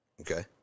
Okay